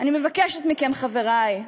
אני מבקשת מכם, חברי,